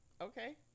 okay